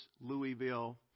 Louisville